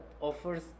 offers